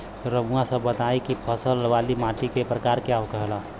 रउआ सब बताई कि फसल वाली माटी क प्रकार के होला?